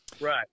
Right